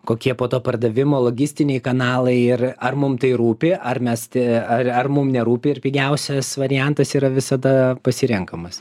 kokie po to pardavimo logistiniai kanalai ir ar mum tai rūpi ar mes ti ar ar mum nerūpi ir pigiausias variantas yra visada pasirenkamas